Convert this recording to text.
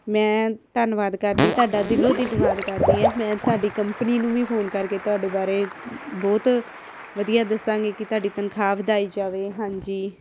ਮੈਂ ਧੰਨਵਾਦ ਕਰਦੀ ਤੁਹਾਡਾ ਦਿਲੋਂ ਧੰਨਵਾਦ ਕਰਦੀ ਹਾਂ ਮੈਂ ਤੁਹਾਡੀ ਕੰਪਨੀ ਨੂੰ ਵੀ ਫੋਨ ਕਰਕੇ ਤੁਹਾਡੇ ਬਾਰੇ ਬਹੁਤ ਵਧੀਆ ਦੱਸਾਂਗੀ ਕਿ ਤੁਹਾਡੀ ਤਨਖਾਹ ਵਧਾਈ ਜਾਵੇ ਹਾਂਜੀ